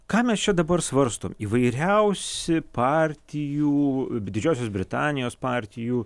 ką mes čia dabar svarstom įvairiausi partijų didžiosios britanijos partijų